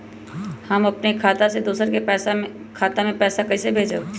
हम अपने खाता से दोसर के खाता में पैसा कइसे भेजबै?